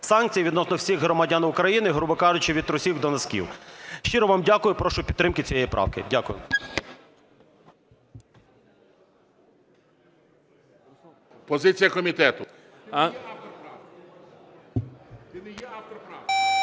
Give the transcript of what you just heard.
санкції відносно всіх громадян України, грубо кажучи, від трусів до носків. Щиро вам дякую. Прошу підтримки цієї правки. Дякую.